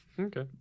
Okay